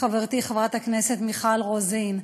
חברתי חברת הכנסת מיכל רוזין.